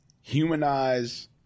humanize